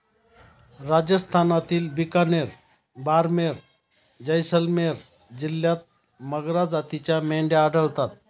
राजस्थानातील बिकानेर, बारमेर, जैसलमेर जिल्ह्यांत मगरा जातीच्या मेंढ्या आढळतात